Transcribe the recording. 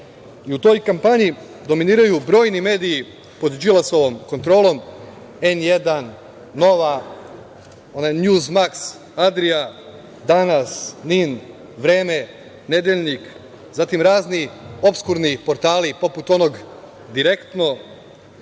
U toj kampanji dominiraju brojni mediji pod Đilasovom kontrolom, „N1“, „Nova“, „Njuz Maks Adrija“, „Danas“, „Nin“, „Vreme“, „Nedeljnik“, zatim razni opskurni portali, poput onog „Direktno“,